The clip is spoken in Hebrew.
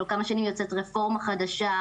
כל כמה שנים יוצאת רפורמה חדשה,